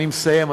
אני מסיים,